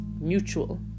mutual